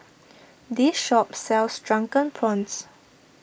this shop sells Drunken Prawns